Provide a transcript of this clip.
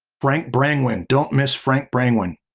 frank brangwyn, don't miss frank brangwyn,